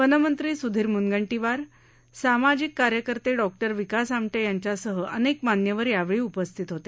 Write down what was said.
वनमंत्री सुधीर मुनगंटीवार सामाजिक कार्यकर्ते डॉ विकास आमटे यांच्यासह अनेक मान्यवर यावेळी उपस्थित होते